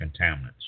contaminants